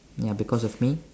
ya because of me